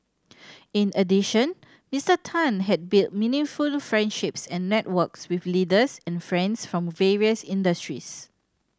in addition Mister Tan has built meaningful friendships and networks with leaders and friends from various industries